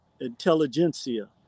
intelligentsia